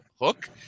hook